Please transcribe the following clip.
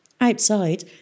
Outside